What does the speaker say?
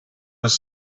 was